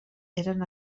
eren